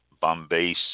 Bombay